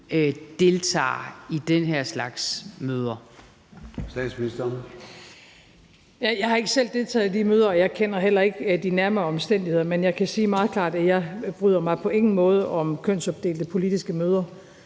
(Mette Frederiksen): Jeg har ikke selv deltaget i de møder, og jeg kender heller ikke de nærmere omstændigheder, men jeg kan sige meget klart, at jeg på ingen måde bryder mig om kønsopdelte politiske møder,